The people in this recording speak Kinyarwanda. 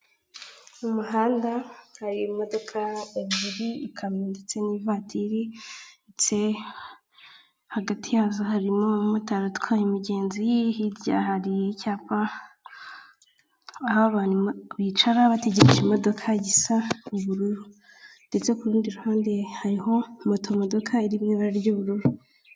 Mu muhanda hari imodoka ebyiri ikamyo ndetse n'ivatiri ndetse hagati yazo harimo umumotari atwaye umigezi, hirya hari icyapa aho abantu bicaraho bategereje imodoka gisa ubururu, ndetse ku rundi ruhande hariho moto modoka iri mu ibara ry'ubururu.